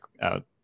out